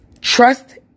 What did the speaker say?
trust